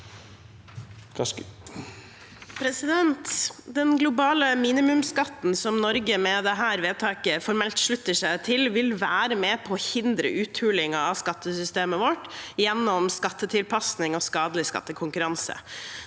Den globale minimumsskatten som Norge med dette vedtaket formelt slutter seg til, vil være med på å hindre uthulingen av skattesystemet vårt gjennom skattetilpasning og skadelig skattekonkurranse